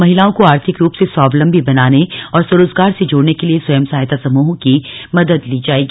महिलाओ को आर्थिक रूप से स्वावलम्बी बनाने तथा स्वरोजगार से जोडने के लिए स्वयं सहायता समूहों की मदद ली जाएगी